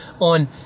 on